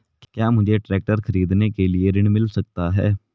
क्या मुझे ट्रैक्टर खरीदने के लिए ऋण मिल सकता है?